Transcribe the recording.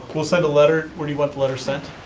we'll send a letter, where do you want the letter sent?